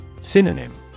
Synonym